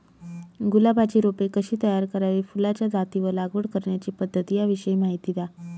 गुलाबाची रोपे कशी तयार करावी? फुलाच्या जाती व लागवड करण्याची पद्धत याविषयी माहिती द्या